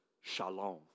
shalom